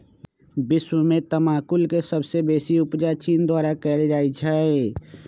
विश्व में तमाकुल के सबसे बेसी उपजा चीन द्वारा कयल जाइ छै